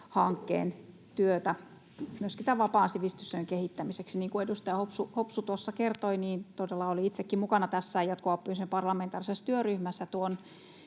hankkeen työtä myöskin tämän vapaan sivistystyön kehittämiseksi. Niin kuin edustaja Hopsu tuossa kertoi, todella oli itsekin mukana tässä jatkuvan oppimisen parlamentaarisessa työryhmässä. Tuon